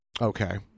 Okay